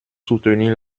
soutenir